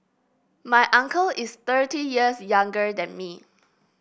my uncle is thirty years younger than me